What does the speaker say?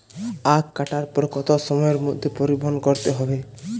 আখ কাটার পর কত সময়ের মধ্যে পরিবহন করতে হবে?